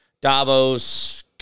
Davos